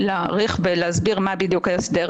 שדיבר לפניי, דיבר על מקום להגדיר את העסק הזה